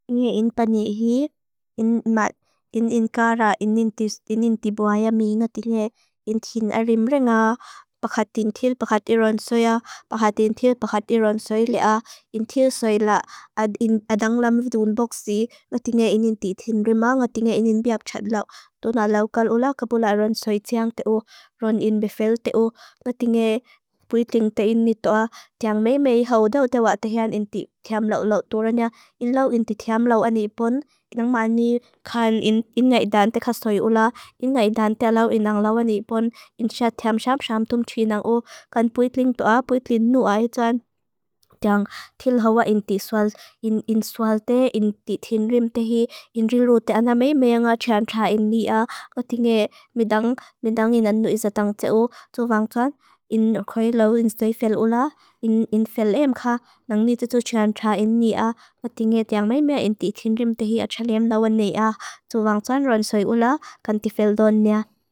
Iñe in pani iji, in mat, in inkara, in ninti buaya mi, ngati nge in tin arim renga pakatintil pakat i ronsoi a. Pakatintil pakat i ronsoi lea, in til soi la, adang lamvdun boksi, ngati nge in ninti tin rima, ngati nge in in biap txad lau. Tu na lau kal ula kapu la ronsoi tiang te u, ron in befel te u, ngati nge pui ting te in nito a, tiang mei mei hau dau te wa tehan in ti tiam lau lau tu ranya. In lau in ti tiam lau anipon, in ngamani kan in ngai dan te kastoi ula, in ngai dan te lau in ngang lau anipon, in syad tiam syab syam tumtri nang u. Kan pui ting to a, pui ting nu a, hi tuan. Tiang til hau wa in swal, in swal te, in tin rim te hi, in rilu te a, na mei mea nga txian txa in ni a, ngati nge medang. Medang in anu isa tang te u, tu vang tuan, in okoi lau in sdoi fel ula, in fel em ka, nang nito tu txian txa in ni a, ngati nge tiang mei mea in ti tin rim te hi a txa lem lau an ne a. Tu vang tuan ronsoi ula, kan ti fel don nia.